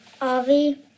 Avi